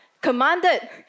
commanded